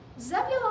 Zebulon